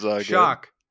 Shock